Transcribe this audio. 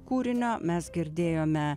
kūrinio mes girdėjome